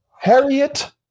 Harriet